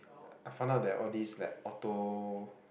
I found out that all these like auto